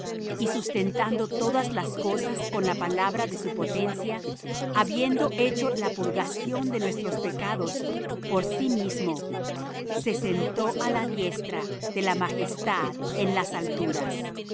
y sustentando todas las cosas con la palabra de su potencia habiendo hecho la purgación de nuestros pecados por sí mismo se sentó á la diestra de la majestad en las alturas